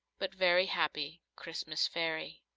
but very happy christmas fairy.